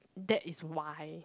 that is why